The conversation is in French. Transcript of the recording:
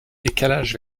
décalage